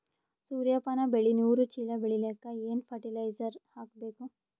ಸೂರ್ಯಪಾನ ಬೆಳಿ ನೂರು ಚೀಳ ಬೆಳೆಲಿಕ ಏನ ಫರಟಿಲೈಜರ ಹಾಕಬೇಕು?